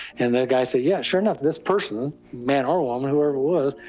and the guy said, yes, sure enough, this person, man or woman, whoever it was,